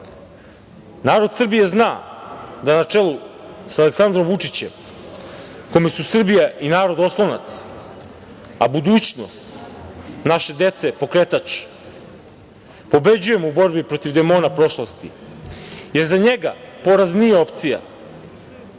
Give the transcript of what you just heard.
Srbije zna da na čelu sa Aleksandrom Vučićem, kome su Srbija i narod oslonac, a budućnost naše dece je pokretač, pobeđujemo u borbi protiv demona prošlosti, jer za njega poraz nije opcija.